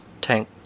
tank